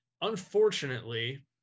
Unfortunately